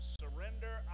surrender